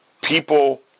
People